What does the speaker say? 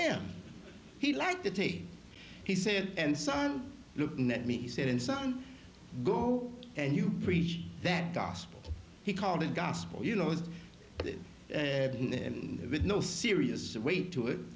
them he liked it he said and son looking at me he said in son go and you preach that gospel he called it gospel you know has no serious weight to it